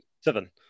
seven